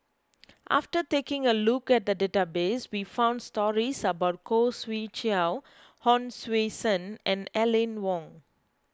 after taking a look at the database we found stories about Khoo Swee Chiow Hon Sui Sen and Aline Wong